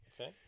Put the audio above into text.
Okay